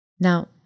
Now